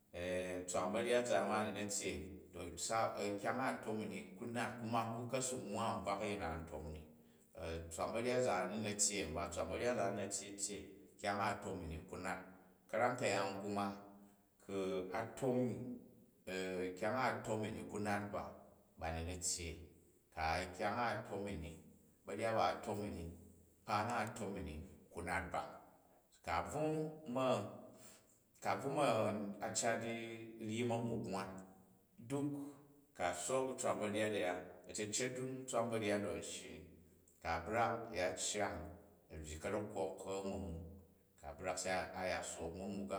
tswan ba̱ryat zaan ma ni na̱ tyyei, to kyang a, a tom; ni ku nat kumu ku ka̱ si nwava a bvak a̱yin na an tom ni. Tswam banyat zaan ni na̱ tyyei a̱mi ɓa, tswam ba̱ryat zaan ni na̱ tyyei tyyei kajang a, a tom mi ni ku nat. Ka̱ram kayaan kuma, ku̱ a̱ tom ni kyang a, a tom mi ni ku nat ba, ba ni na̱ tyyei, kaai kyang a, a̱ toon mi mi, ba̱ryat ba a̱ tom i ni, kpa na a tom i ni lhu nat ba. Ku̱ a̱ bvn ma, ku a bvu ma̱, a̱ cat ryi mangwwuk nwan, dnk ku̱ a̱ sook bu tswan ba̱nyat a̱ya, a̱cecet tswam banyat u, a̱n shyi, ku a̱ brak u̱ ya ayang, a̱ byyi ka̱rek kok ma̱ngwwuk, ku̱ a brak se a̱ ya sook ma̱ngwwuk